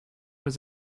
was